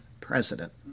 president